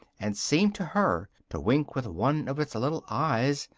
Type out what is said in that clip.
and seemed to her to wink with one of its little eyes,